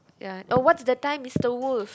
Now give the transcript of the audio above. ya what is the time mister wolf